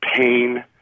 pain